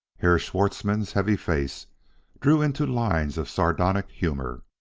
herr schwartzmann's heavy face drew into lines of sardonic humor.